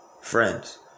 friends